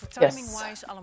Yes